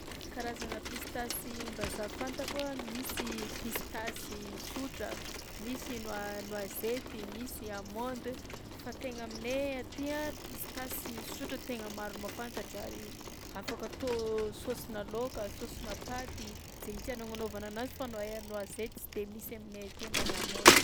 Karazagna pistasim-bazaha fantako a: misy pistasy sotra, misy noi- noisetty, misy amande, fa tegna aminay aty a pistasy sotra tegna maro mahafantatra ary afaka atao saosinà laoka, saosinà paty, zegny tianao agnanaovana anazy fa noi- noisette tsy de misy aminay aty amban'ny amande..